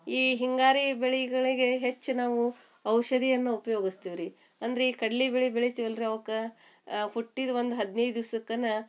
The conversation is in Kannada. ಈ ಹಿಂಗಾರಿ ಬೆಳೆಗಳಿಗೆ ಹೆಚ್ಚು ನಾವು ಔಷಧಿಯನ್ನು ಉಪ್ಯೋಗಿಸ್ತೀವ್ ರೀ ಅಂದ್ರೆ ಈ ಕಡ್ಲೆಬೇಳಿ ಬೆಳಿತೀವಲ್ಲ ರೀ ಅವ್ಕೆ ಹುಟ್ಟಿದ ಒಂದು ಹದಿನೈದು ದಿವ್ಸಕ್ಕೇ